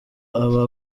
aba